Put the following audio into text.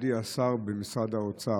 מכובדי השר במשרד האוצר,